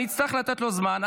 אני אצטרך לתת לו זמן.